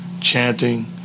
chanting